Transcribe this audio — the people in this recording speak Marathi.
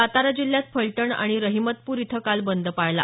सातारा जिल्ह्यात फलटण आणि रहिमतपूर इथं काल बंद पाळला